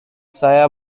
saya